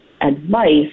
advice